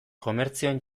komertzioen